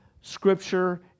scripture